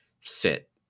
sit